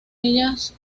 ellas